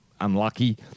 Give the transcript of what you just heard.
unlucky